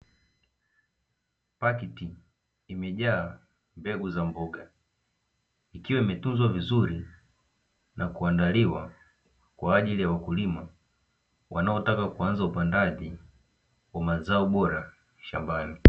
Pakiti imejaa mbegu za mboga, ikiwa imetunzwa vizuri, na kuandaliwa kwa ajili ya wakulima, wanaotaka kuanza upandaji wa mazao bora shambani.